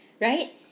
Right